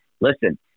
Listen